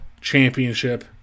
Championship